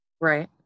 Right